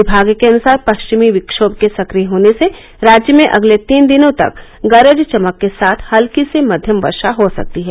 विभाग के अनुसार पश्चिमी विक्रोम के सक्रिय होने से राज्य में अगले तीन दिनों तक गरज चमक के साथ हत्की से मध्यम वर्षा हो सकती है